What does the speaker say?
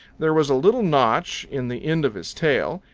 there was a little notch in the end of his tail.